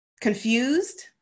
Confused